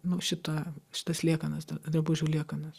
nu šitą šitas liekanas drabužių liekanas